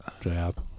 Jab